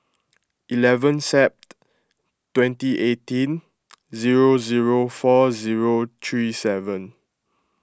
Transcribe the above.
eleven Sep twenty eighteen zero zero four zero three seven